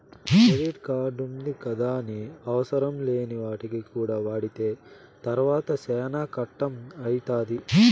credit కార్డుంది గదాని అవసరంలేని వాటికి కూడా వాడితే తర్వాత సేనా కట్టం అయితాది